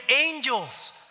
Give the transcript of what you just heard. angels